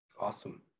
Awesome